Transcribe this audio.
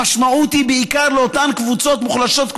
המשמעות היא בעיקר לאותן קבוצות מוחלשות,